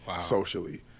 socially